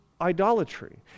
idolatry